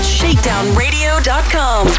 shakedownradio.com